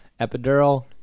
Epidural